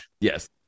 Yes